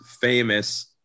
famous